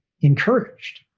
encouraged